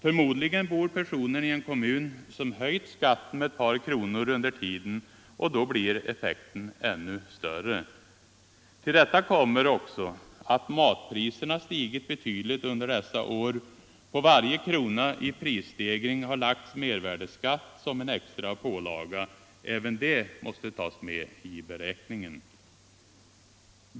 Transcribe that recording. Förmodligen bor personen i en kommun som höjt skatten med ett par kronor under tiden, och då blir effekten ännu större. Till detta kommer också att matpriserna stigit betydligt under detta år. På varje krona i prisstregring har lagts mervärdeskatt som en extra pålaga. Även det måste tas med i beräkningen.